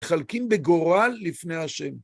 מתחלקים בגורל לפני השם